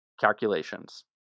Calculations